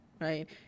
Right